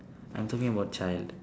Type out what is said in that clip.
I'm talking about child